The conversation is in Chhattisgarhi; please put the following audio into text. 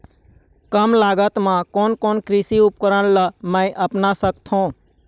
कम लागत मा कोन कोन कृषि उपकरण ला मैं अपना सकथो?